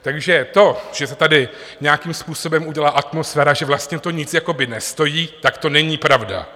Takže to, že tady nějakým způsobem udělá atmosféru, že to vlastně nic jakoby nestojí, tak to není pravda.